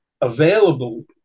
available